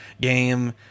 game